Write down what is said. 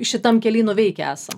šitam kely nuveikę esam